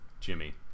Jimmy